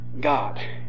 God